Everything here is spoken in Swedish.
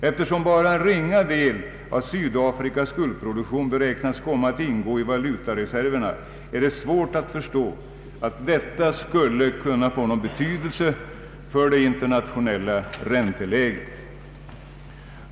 Eftersom bara en ringa del av Sydafrikas guldproduktion beräknas komma att ingå i valutareserverna, är det svårt att förstå att detta skulle kunna få någon betydelse för det internationella ränteläget.